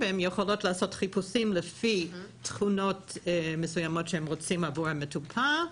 הן יכולות לעשות חיפושים לפי תכונות מסוימות שהם רוצים עבור מטופל.